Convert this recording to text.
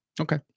Okay